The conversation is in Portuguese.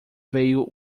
veio